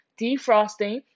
defrosting